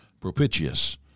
propitious